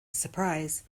surprise